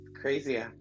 Crazy